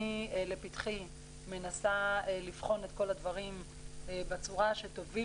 אני מנסה לבחון את כל הדברים בצורה שתוביל